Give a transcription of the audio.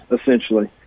essentially